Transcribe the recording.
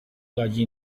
dagli